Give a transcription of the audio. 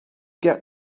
get